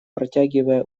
протягивая